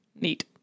Neat